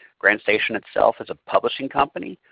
grantstation itself is a publishing company.